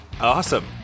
Awesome